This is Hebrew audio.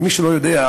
למי שלא יודע,